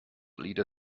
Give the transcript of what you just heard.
leader